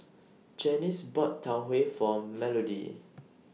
Janice bought Tau Huay For Melodie